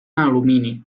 alumini